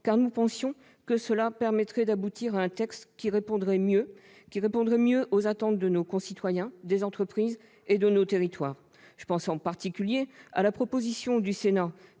car nous pensions que ce travail permettrait d'aboutir à un texte qui répondrait mieux aux attentes de nos concitoyens, des entreprises et de nos territoires. Je pense en particulier à la proposition du Sénat,